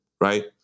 right